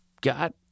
got